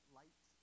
light